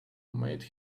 made